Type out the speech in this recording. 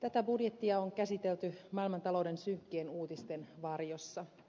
tätä budjettia on käsitelty maailmantalouden synkkien uutisten varjossa